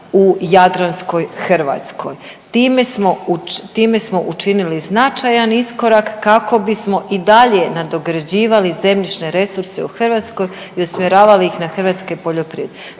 u jadranskoj Hrvatskoj. Time smo, time smo učinili značajan iskorak kako bismo i dalje nadograđivali zemljišne resurse u Hrvatskoj i usmjeravali ih na hrvatske poljoprivrednike.